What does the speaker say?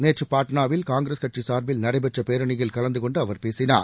நேற்று பாட்னாவில் காங்கிரஸ் கட்சி சார்பில் நடைபெற்ற பேரணியில் கலந்தகொண்டு அவர் பேசினார்